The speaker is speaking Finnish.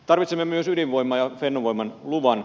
tarvitsemme myös ydinvoimaa ja fennovoiman luvan